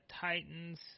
Titans